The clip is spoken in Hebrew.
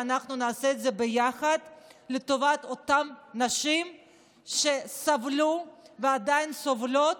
ואנחנו נעשה את זה ביחד לטובת אותן נשים שסבלו ועדיין סובלות.